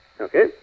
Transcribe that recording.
Okay